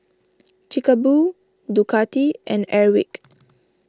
Chic A Boo Ducati and Airwick